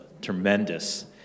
tremendous